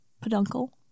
peduncle